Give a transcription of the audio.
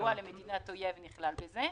שסיוע למדינת אויב נכלל בזה.